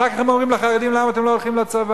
אחר כך הם אומרים לחרדים: למה אתם לא הולכים לצבא?